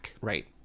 right